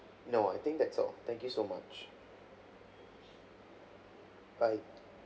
no I think that's all thank you so much bye